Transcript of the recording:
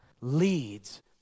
leads